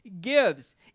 gives